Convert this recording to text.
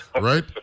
right